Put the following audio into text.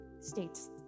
states